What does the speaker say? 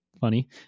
funny